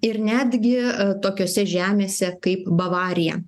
ir netgi tokiose žemėse kaip bavarija